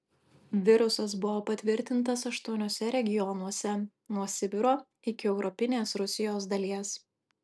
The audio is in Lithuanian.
virusas buvo patvirtintas aštuoniuose regionuose nuo sibiro iki europinės rusijos dalies